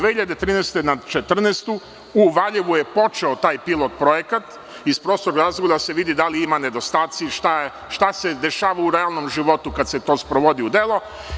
Godine 2013. na 2014. u Valjevu je počeo taj pilot projekat, iz prostog razloga da se vidi da li ima nedostataka, šta se dešava u realnom životu kada se to sprovodi u delo.